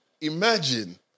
imagine